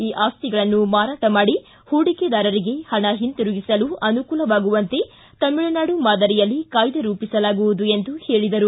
ಈ ಆಸ್ತಿಗಳನ್ನು ಮಾರಾಟ ಮಾಡಿ ಹೂಡಿಕೆದಾರರಿಗೆ ಹಣ ಹಿಂತಿರುಗಿಸಲು ಅನುಕೂಲವಾಗುವಂತೆ ತಮಿಳುನಾಡು ಮಾದರಿಯಲ್ಲಿ ಕಾಯ್ದೆ ರೂಪಿಸಲಾಗುವುದು ಎಂದು ಹೇಳಿದರು